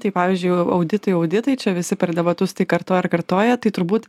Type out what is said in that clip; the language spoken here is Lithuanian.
tai pavyzdžiui auditai auditai čia visi per debatus tai kartoja ir kartoja tai turbūt